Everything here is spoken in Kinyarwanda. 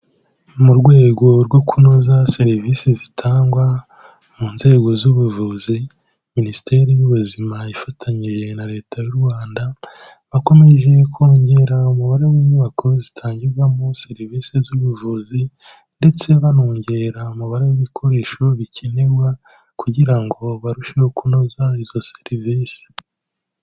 Mu rwego rwo kunoza serivisi zitangwa mu nzego z'ubuvuzi, Minisiteri y'ubuzima ifatanyije na leta y'u Rwanda, bakomeje kongera umubare w'inyubako zitangirwamo serivisi z'ubuvuzi ndetse banongera umubare w'ibikoresho bikenerwa kugira ngo barusheho kunoza izo serivisi.